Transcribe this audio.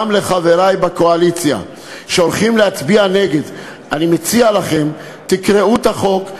גם לחברי בקואליציה שהולכים להצביע נגד: אני מציע לכם שתקראו את החוק,